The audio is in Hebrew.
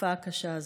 בתקופה הקשה הזאת.